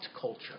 culture